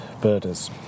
birders